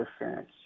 interference